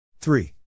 three